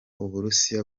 uburusiya